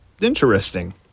interesting